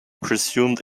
presumed